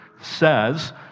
says